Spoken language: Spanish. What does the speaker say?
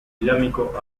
islámico